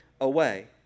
away